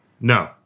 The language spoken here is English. No